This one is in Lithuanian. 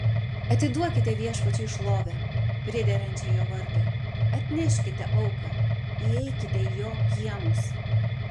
atiduokite viešpačiui šlovę priderančią jo vardui atneškite auką įeikite į jo kiemus